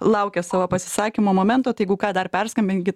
laukė savo pasisakymo momento tai jeigu ką dar perskambinkit